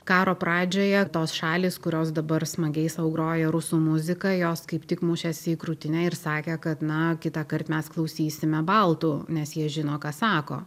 karo pradžioje tos šalys kurios dabar smagiai sau groja rusų muziką jos kaip tik mušėsi į krūtinę ir sakė kad na kitąkart mes klausysime baltų nes jie žino ką sako